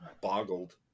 boggled